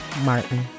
Martin